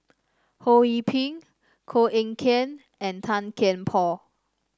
Ho Yee Ping Koh Eng Kian and Tan Kian Por